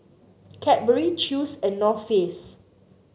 Cadbury Chew's and North Face